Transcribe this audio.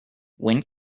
when